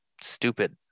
stupid